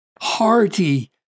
hearty